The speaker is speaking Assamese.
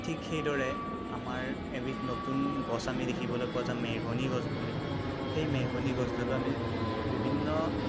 ঠিক সেইদৰে আমাৰ এবিধ নতুন গছ আমি দেখিবলৈ পোৱা যায় মেহগনি গছ বুলি সেই মেহগনি গছডালো আমি বিভিন্ন